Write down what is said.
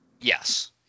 Yes